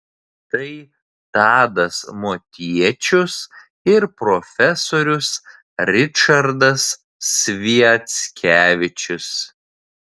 tai tadas motiečius ir profesorius ričardas sviackevičius